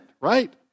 right